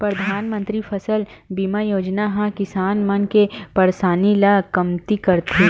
परधानमंतरी फसल बीमा योजना ह किसान मन के परसानी ल कमती करथे